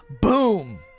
Boom